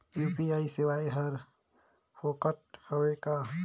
UPI सेवाएं हर फोकट हवय का?